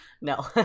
No